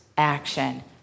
Action